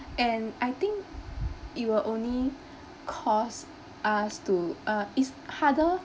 and I think it will only cause us to uh is harder